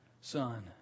son